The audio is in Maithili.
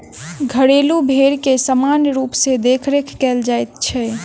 घरेलू भेंड़ के सामान्य रूप सॅ देखरेख कयल जाइत छै